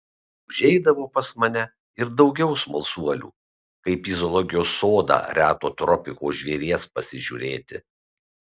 užeidavo pas mane ir daugiau smalsuolių kaip į zoologijos sodą reto tropikų žvėries pasižiūrėti